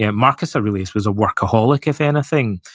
yeah marcus aurelius was a workaholic, if anything.